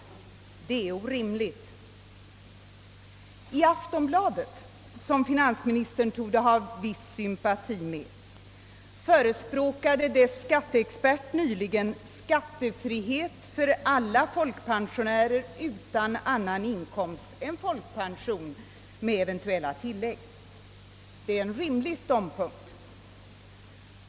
Det är orimligt. I Aftonbladet, som finansministern torde ha en vis sympati för, förespråkade dess skatteexpert nyligen skattefrihet för alla folkpensionärer utan annan inkomst än folkpension med eventuella tillägg. Det är en rimlig ståndpunkt.